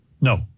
No